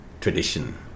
tradition